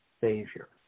Savior